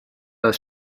das